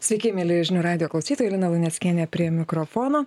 sveiki mieli žinių radijo klausytojai lina luneckienė prie mikrofono